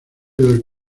del